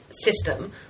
system